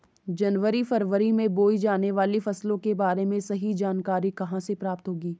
जनवरी फरवरी में बोई जाने वाली फसलों के बारे में सही जानकारी कहाँ से प्राप्त होगी?